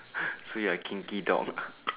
so you're a kinky dog